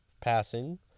passing